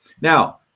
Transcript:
Now